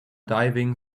diving